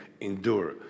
endure